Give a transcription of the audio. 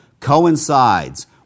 coincides